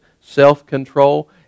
self-control